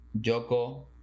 Joko